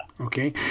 Okay